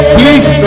please